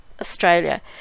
Australia